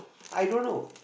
i don't know